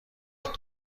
وجود